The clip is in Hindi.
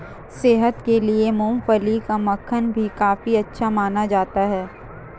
सेहत के लिए मूँगफली का मक्खन भी काफी अच्छा माना जाता है